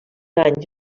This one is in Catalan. anys